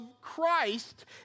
Christ